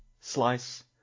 Slice